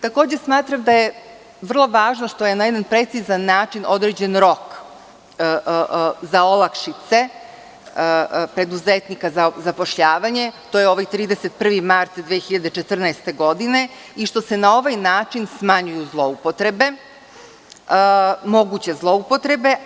Takođe smatram da je vrlo važno što je na jedan precizan način određen rok za olakšice preduzetnika za zapošljavanje, to je ovaj 31. mart 2014. godine i što se na ovaj način smanjuju moguće zloupotrebe.